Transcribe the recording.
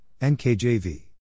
NKJV